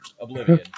Oblivion